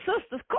sister's